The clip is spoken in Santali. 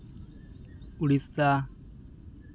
ᱩᱲᱤᱥᱥᱟ